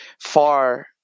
far